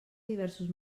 diversos